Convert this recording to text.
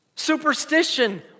Superstition